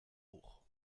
hoch